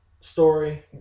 story